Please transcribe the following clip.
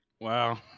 Wow